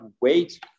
wait